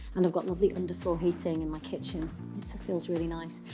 and i've got lovely underfloor heating in my kitchen. it feels really nice.